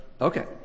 Okay